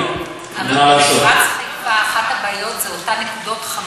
אבל במפרץ חיפה אחת הבעיות היא אותן נקודות חמות שקיימות,